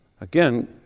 Again